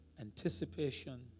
anticipation